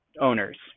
owners